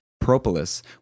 propolis